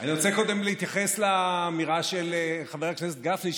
אני רוצה קודם להתייחס לאמירה של חבר הכנסת גפני,